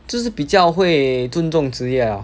就是比较会尊重职业了